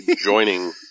joining